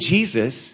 Jesus